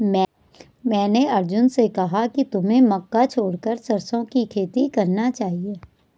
मैंने अर्जुन से कहा कि तुम्हें मक्का छोड़कर सरसों की खेती करना चाहिए